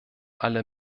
alle